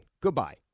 Goodbye